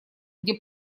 где